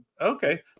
okay